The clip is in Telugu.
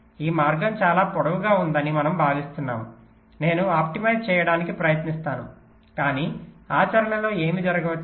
ఈ మార్గం చాలా పొడవుగా ఉందని మనము భావిస్తున్నాము నేను ఆప్టిమైజ్ చేయడానికి ప్రయత్నిస్తాను కాని ఆచరణలో ఏమి జరగవచ్చు